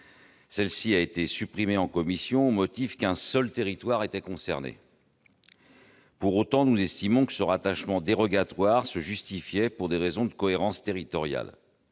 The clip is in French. Elle a été supprimée en commission, au motif qu'un seul territoire était concerné. Nous estimons pourtant que ce rattachement dérogatoire était justifié par des raisons de cohérence territoriale-